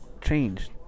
changed